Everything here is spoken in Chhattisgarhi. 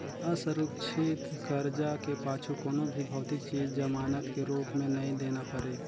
असुरक्छित करजा के पाछू कोनो भी भौतिक चीच जमानत के रूप मे नई देना परे